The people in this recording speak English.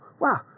Wow